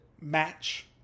match